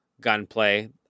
gunplay